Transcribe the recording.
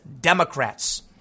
Democrats